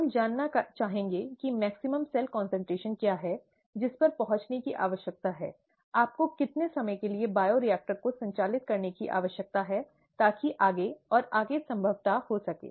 हम जानना चाहेंगे कि अधिकतम सेल कॉन्सन्ट्रेशन क्या है जिस तक पहुंचने की आवश्यकता है आपको कितने समय के लिए बायोरिएक्टर को संचालित करने की आवश्यकता है ताकि आगे और आगे संभवतः हो सके